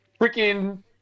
freaking